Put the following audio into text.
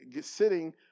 sitting